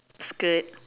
skirt